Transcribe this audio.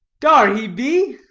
dar he be,